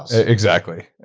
ah exactly.